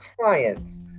clients